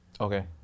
Okay